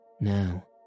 now